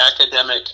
academic